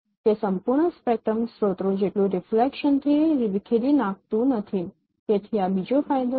તે સંપૂર્ણ સ્પેક્ટ્રમ સ્ત્રોતો જેટલું રિફ્રેક્શન થી વિખેરી નખાતું નથી તેથી આ બીજો ફાયદો છે